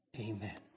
amen